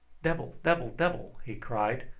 debble debble debble! he cried,